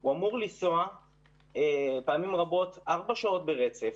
שהוא אמור לנסוע פעמים רבות ארבע שעות ברצף,